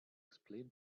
explain